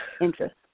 interest